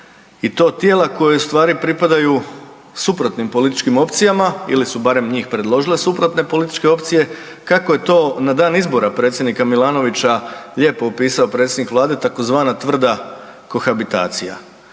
i to tijela koja u stvari pripadaju suprotnim političkim opcijama, ili su barem njih predložile suprotne političke opcije, kako je to na dan izbora predsjednika Milanovića lijepo opisao predsjednik Vlade, tzv. tvrda kohabitacija.